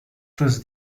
thus